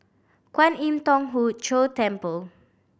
Kwan Im Thong Hood Cho Temple